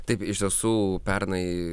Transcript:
taip iš tiesų pernai